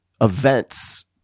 events